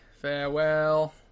Farewell